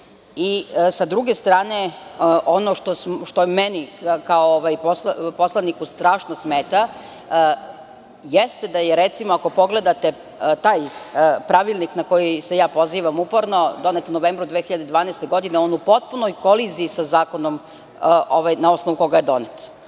druge strane, ono što meni kao poslaniku strašno smeta jeste da je, recimo, ako pogledate taj pravilnik na koji se pozivam uporno, donet u novembru 2012. godine, on u potpunoj koliziji sa zakonom na osnovu kojeg je donet.